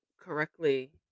correctly